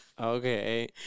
Okay